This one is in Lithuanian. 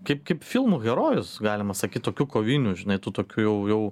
kaip kaip filmų herojus galima sakyt tokių kovinių žinai tu tokių jau jau